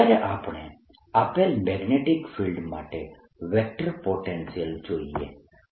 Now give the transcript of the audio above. અત્યારે આપણે આપેલ મેગ્નેટીક ફિલ્ડ માટે વેક્ટર પોટેન્શિયલ જોઈએ